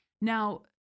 Now